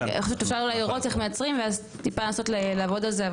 אני חושבת שאפשר לראות איך מייצרים ואז טיפה לנסות לעבוד על זה.